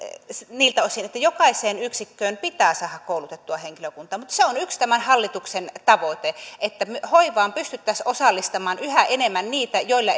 niiltä osin että jokaiseen yksikköön pitää saada koulutettua henkilökuntaa mutta se on yksi tämän hallituksen tavoite että hoivaan pystyttäisiin osallistamaan yhä enemmän niitä joilla